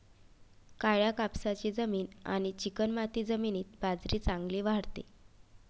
काळ्या कापसाची जमीन आणि चिकणमाती जमिनीत बाजरी चांगली वाढते